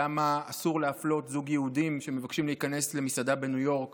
למה אסור להפלות זוג יהודים שמבקשים להיכנס למסעדה בניו יורק